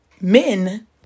men